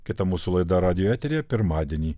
kita mūsų laida radijo eteryje pirmadienį